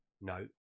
no